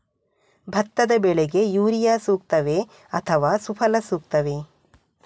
ಭತ್ತದ ಬೆಳೆಗೆ ಯೂರಿಯಾ ಸೂಕ್ತವೇ ಅಥವಾ ಸುಫಲ ಸೂಕ್ತವೇ?